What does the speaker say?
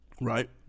Right